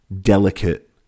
delicate